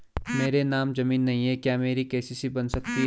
मेरे नाम ज़मीन नहीं है क्या मेरी के.सी.सी बन सकती है?